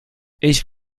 ich